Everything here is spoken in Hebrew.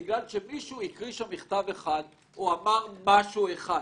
בגלל שמישהו הקריא שם מכתב אחד או אמר משהו אחד?